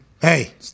Hey